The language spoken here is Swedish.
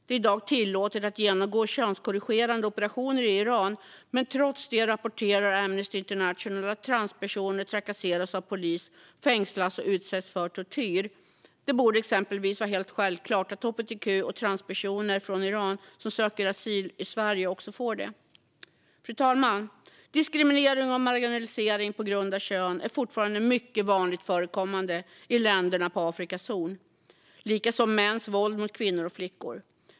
Det är i dag tillåtet att genomgå könskorrigerande operationer i Iran, men trots det rapporterar Amnesty International att transpersoner trakasseras av polis, fängslas och utsätts för tortyr. Det borde exempelvis vara helt självklart att hbtq och transpersoner från Iran som söker asyl i Sverige också får det. Fru talman! Diskriminering och marginalisering på grund av kön är fortfarande mycket vanligt förekommande i länderna på Afrikas horn, liksom mäns våld mot kvinnor och flickor.